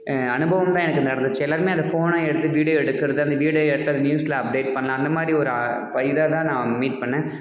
அனுபவம் தான் எனக்கு நடந்துச்சு எல்லோருமே அதை ஃபோனை எடுத்து வீடியோ எடுக்கிறது அந்த வீடியோ எடுத்து அதை நியூஸில் அப்டேட் பண்ணலாம் அந்த மாதிரி ஒரு ஆர் வை இதாகதான் நான் மீட் பண்ணேன்